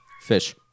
fish